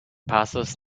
passes